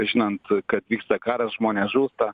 žinant kad vyksta karas žmonės žūsta